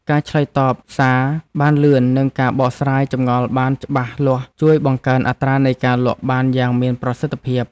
ការឆ្លើយតបសារបានលឿននិងការបកស្រាយចម្ងល់បានច្បាស់លាស់ជួយបង្កើនអត្រានៃការលក់បានយ៉ាងមានប្រសិទ្ធភាព។